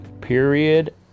period